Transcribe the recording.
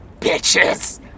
bitches